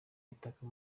itaka